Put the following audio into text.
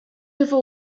river